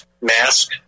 mask